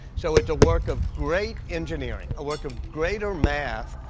so it's a work of great engineering, a work of greater math,